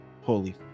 holy